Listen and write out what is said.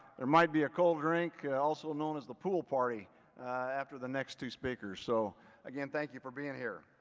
there might be a cold drink, also known as the pool party after the next two speakers. so again, thank you for being here.